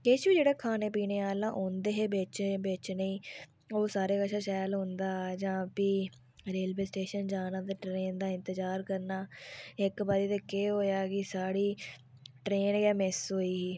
काफी जेह्ड़ा खाने पीने आह्ले जेह्ड़े आंदे हे किश बेचने ई ओह् सारें कशा शैल होंदा हा जां भी रेलवे स्टेशन जाना ते ट्रेन दा इंतजार करना इक्क बारी केह् होया की साढ़ी ट्रेन गै मिस होई ही